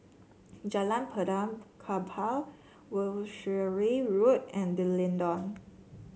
Jalan Benaan Kapal Wiltshire Road and D'Leedon